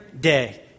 day